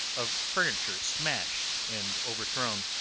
of furniture smashed and overthrown,